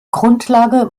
grundlage